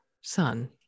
son